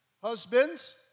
husbands